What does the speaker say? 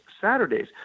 Saturdays